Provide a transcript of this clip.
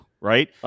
right